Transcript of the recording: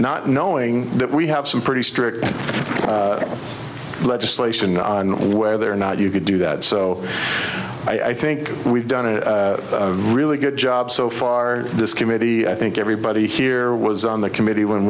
not knowing that we have some pretty strict legislation on whether or not you could do that so i think we've done a really good job so far this committee i think everybody here was on the committee when